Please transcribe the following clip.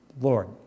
Lord